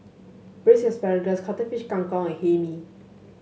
Braised Asparagus Cuttlefish Kang Kong and Hae Mee